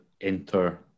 enter